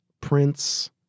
Prince